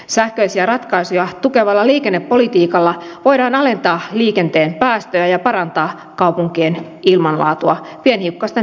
sähköisiä ratkaisuja tukevalla liikennepolitiikalla voidaan alentaa liikenteen päästöjä ja parantaa kaupunkien ilmanlaatua pienhiukkasten vähenemisen kautta